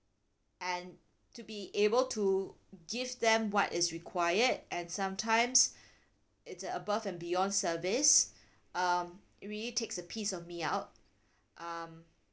and to be able to give them what is required and sometimes it's a above and beyond service um really takes a piece of me out um